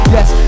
Yes